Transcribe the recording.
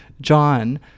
John